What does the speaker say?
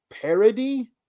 parody